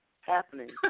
happening